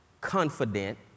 confident